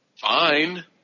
fine